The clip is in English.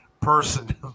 person